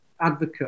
advocate